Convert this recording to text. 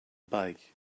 bike